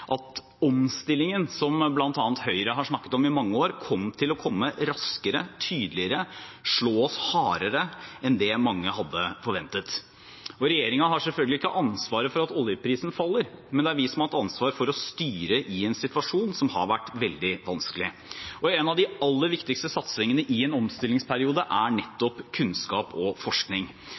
at omstillingen – som bl.a. Høyre har snakket om i mange år – kom til å komme raskere, tydeligere og slå oss hardere enn det mange hadde forventet. Regjeringen har selvfølgelig ikke ansvaret for at oljeprisen faller, men det er vi som har hatt ansvar for å styre i en situasjon som har vært veldig vanskelig. En av de aller viktigste satsingene i en omstillingsperiode er nettopp kunnskap og forskning